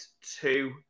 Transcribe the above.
two